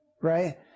right